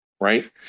right